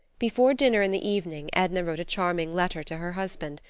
before dinner in the evening edna wrote a charming letter to her husband,